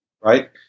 right